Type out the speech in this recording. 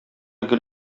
гел